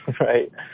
right